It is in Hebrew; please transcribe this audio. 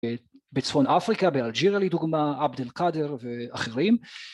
בצפון אפריקה, באלג'ירה לדוגמה, עבד אל קאדר ואחרים